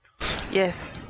Yes